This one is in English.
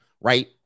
Right